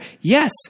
Yes